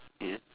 ya